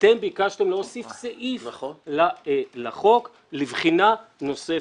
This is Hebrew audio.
וביקשה להוסיף סעיף לחוק לבחינה נוספת.